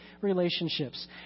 relationships